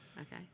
Okay